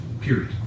Period